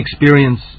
experience